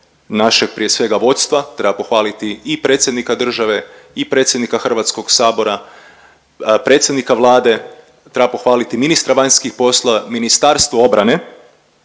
našeg prije svega vodstva. Treba pohvaliti i predsjednika države i predsjednika Hrvatskog sabora, predsjednika Vlade, treba pohvaliti ministra vanjskih poslova, Ministarstvo obrane